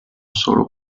solo